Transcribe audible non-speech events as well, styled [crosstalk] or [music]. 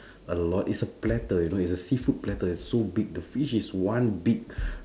[breath] a lot is a platter you know is a seafood platter is so big the fish is one big [breath]